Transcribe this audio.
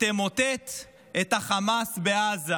תמוטט את החמאס בעזה.